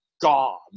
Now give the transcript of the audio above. God